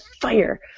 fire